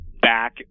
back